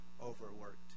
overworked